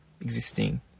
existing